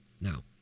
Now